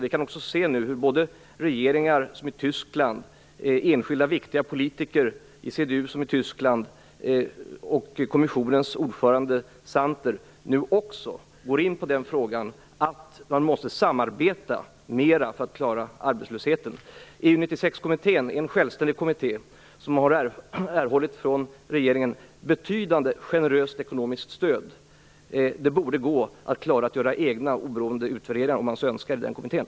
Vi kan också se hur regeringar, t.ex. i Tyskland, enskilda viktiga politiker, t.ex. i CDU i Tyskland, och kommissionens ordförande Jacques Santer nu också går in på den frågan att man måste samarbeta mera för att klara arbetslösheten. EU-96-kommittén är en självständig kommitté som har erhållit betydande generöst ekonomiskt stöd från regeringen. Det borde gå att göra egna oberoende utvärderingar om man så önskar i den kommittén.